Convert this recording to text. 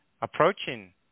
approaching